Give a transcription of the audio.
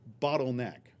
bottleneck